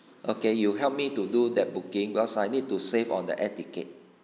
okay you help me to do that booking because I need to save on the air ticket